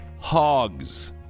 hogs